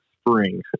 spring